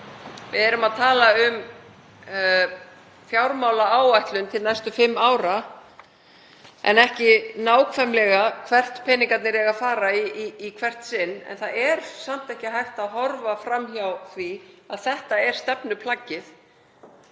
Við erum að tala um fjármálaáætlun til næstu fimm ára en ekki nákvæmlega hvert peningarnir eiga að fara í hvert sinn. En samt er ekki hægt að horfa fram hjá því að þetta er stefnuplaggið